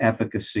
efficacy